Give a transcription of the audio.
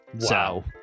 Wow